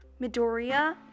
Midoriya